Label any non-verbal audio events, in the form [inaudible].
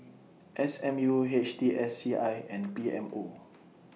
S M U H T S C I and P M O [noise]